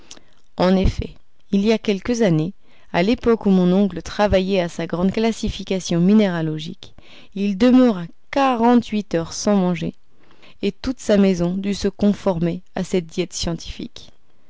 en effet il y a quelques années à l'époque où mon oncle travaillait à sa grande classification minéralogique il demeura quarante-huit heures sans manger et toute sa maison dut se conformer à cette diète scientifique